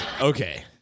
okay